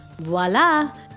voila